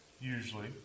usually